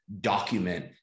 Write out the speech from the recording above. document